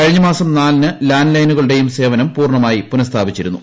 കഴിഞ്ഞ മാസം നാലിന് ലാന്റ് ലൈനുകളുടെയും സേവനം പൂർണമായി പുനഃസ്ഥാപിച്ചിരുന്നു